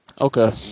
Okay